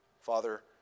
Father